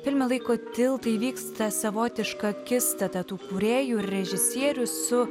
filme laiko tiltai įvyksta savotiška akistata tų kūrėjų režisierių su